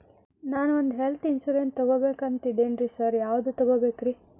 ನಾನ್ ಒಂದ್ health insurance ತಗಬೇಕಂತಿದೇನಿ sir ಯಾವದ ತಗಬೇಕ್ರಿ?